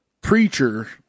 preacher